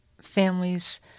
families